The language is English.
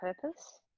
purpose